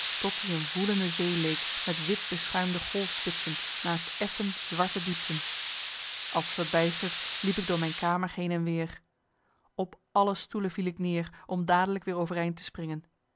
tot i een woelende zee leek met wit beschuimde golfspitsen naast effen zwarte diepten als verbijsterd liep ik door mijn kamer heen en weer op alle stoelen viel ik neer om dadelijk weer overeind te springen